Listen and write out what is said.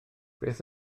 beth